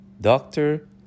Doctor